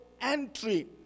entry